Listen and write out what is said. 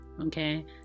Okay